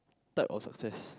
type of success